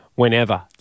Whenever